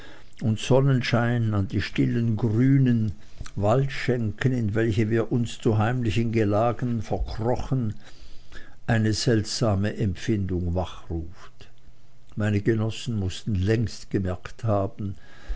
und sonnenschein an die stillen grünen waldschenken in welche wir uns zu heimlichen gelagen verkrochen eine seltsame empfindung wachruft meine genossen mußten längst gemerkt haben